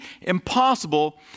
impossible